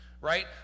right